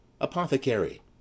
apothecary